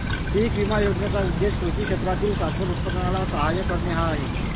पीक विमा योजनेचा उद्देश कृषी क्षेत्रातील शाश्वत उत्पादनाला सहाय्य करणे हा आहे